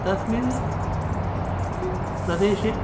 तस्मिन् प्रदेशे